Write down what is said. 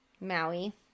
Maui